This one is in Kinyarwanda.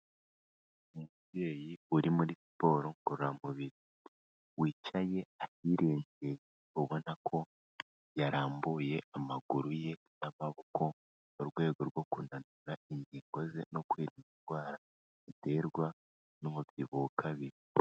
Umubyeyi uri muri siporo ngororamubiri wicaye ahirengeye, ubona ko yarambuye amaguru ye n'amaboko mu rwego rwo kunanura ingingo ze no kwirinda indwara ziterwa n'umubyibuho ukabije.